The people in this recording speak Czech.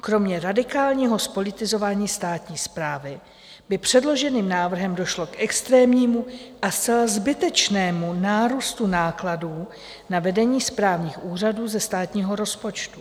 Kromě radikálního zpolitizování státní správy by předloženým návrhem došlo k extrémnímu a zcela zbytečnému nárůstu nákladů na vedení správních úřadů ze státního rozpočtu.